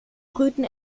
brüten